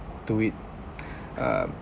to it um